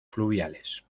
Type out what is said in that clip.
fluviales